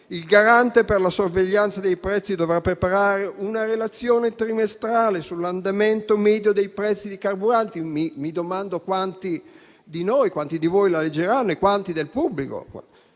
Il Garante per la sorveglianza dei prezzi dovrà preparare una relazione trimestrale sull'andamento medio dei prezzi dei carburanti. Mi domando quanti di noi e di voi e quanti del pubblico